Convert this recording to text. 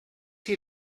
hier